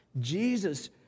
Jesus